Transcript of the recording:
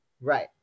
Right